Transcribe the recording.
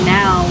now